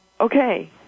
Okay